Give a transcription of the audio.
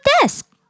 desk